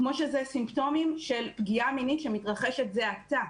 כמו שזה סימפטומים של פגיעה מינית שמתרחשת זה עתה,